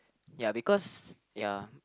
ya because ya